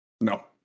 No